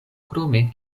krome